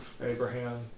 Abraham